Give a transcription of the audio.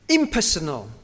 impersonal